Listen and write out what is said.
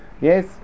Yes